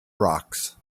rocks